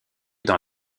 dans